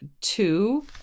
two